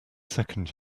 second